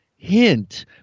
Hint